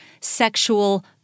sexual